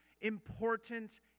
important